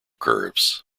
curves